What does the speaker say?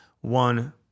one